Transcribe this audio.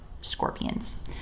scorpions